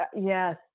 yes